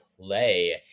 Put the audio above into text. play